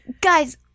Guys